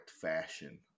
fashion